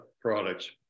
products